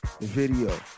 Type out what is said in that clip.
video